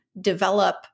develop